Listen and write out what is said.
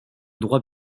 droit